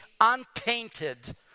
untainted